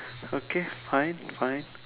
okay fine fine